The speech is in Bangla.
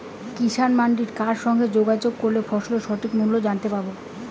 কিষান মান্ডির কার সঙ্গে যোগাযোগ করলে ফসলের সঠিক মূল্য জানতে পারবো?